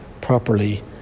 properly